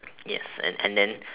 yes and and then